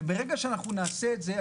ברגע שנעשה את זה,